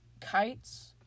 kites